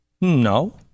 no